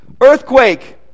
Earthquake